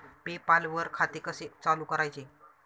पे पाल वर खाते कसे चालु करायचे